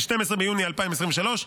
ב-12 ביוני 2023,